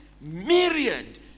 myriad